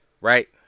right